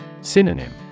Synonym